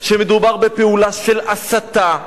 כשמדובר בפעולה של הסתה.